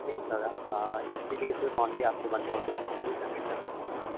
नहीं सर इसके लिए सिर्फ ऑनली आपको वन थाउज़ेंड रुपये पेमेंट करना पड़ेगा